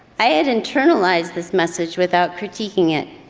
i had internalized this message without critiquing it